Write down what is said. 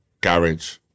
garage